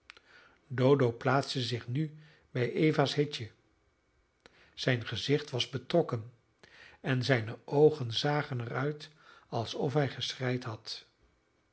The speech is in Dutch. dodo plaatste zich nu bij eva's hitje zijn gezicht was betrokken en zijne oogen zagen er uit alsof hij geschreid had